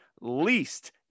Least